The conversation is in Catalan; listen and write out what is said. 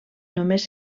només